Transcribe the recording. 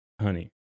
honey